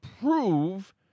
prove